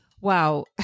Wow